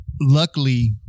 luckily